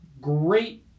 great